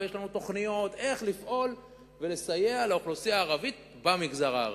ויש לנו תוכניות איך לפעול ולסייע לאוכלוסייה הערבית במגזר הערבי.